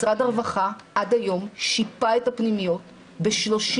משרד הרווחה עד היום שיפה את הפנימיות ב-30